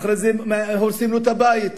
ואחרי זה הורסים לו את הבית,